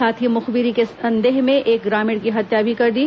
साथ ही मुखबिरी के संदेह में एक ग्रामीण की हत्या भी कर दी